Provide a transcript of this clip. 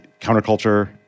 counterculture